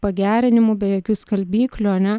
pagerinimų be jokių skalbyklių ane